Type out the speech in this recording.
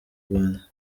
rwanda